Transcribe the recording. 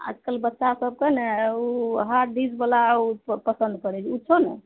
आइ काल्हि बच्चा सभकऽ नहि ओ हार्डडिस्क बला ओ सब पसन्द करैत छै ओ छौ ने